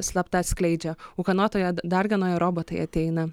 slapta atskleidžia ūkanotoje darganoje robotai ateina